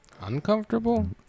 Uncomfortable